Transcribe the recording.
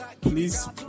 please